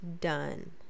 done